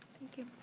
thank you.